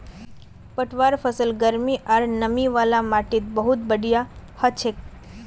पटवार फसल गर्मी आर नमी वाला माटीत बहुत बढ़िया हछेक